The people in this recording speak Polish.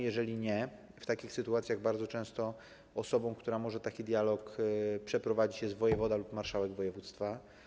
Jeżeli nie, to w takich sytuacjach bardzo często osobą, która może taki dialog przeprowadzić, jest wojewoda lub marszałek województwa.